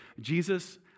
Jesus